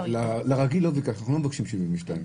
לרגיל לא מבקשים 72 שעות.